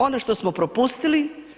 Ono što smo propustili?